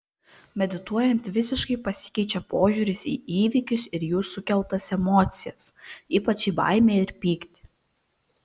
medituojant visiškai pasikeičia požiūris į įvykius ir jų sukeltas emocijas ypač į baimę ir pyktį